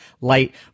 light